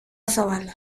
zabala